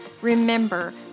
Remember